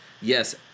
Yes